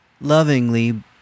lovingly